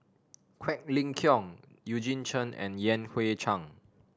Quek Ling Kiong Eugene Chen and Yan Hui Chang